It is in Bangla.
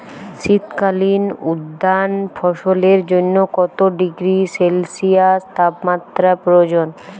শীত কালীন উদ্যান ফসলের জন্য কত ডিগ্রী সেলসিয়াস তাপমাত্রা প্রয়োজন?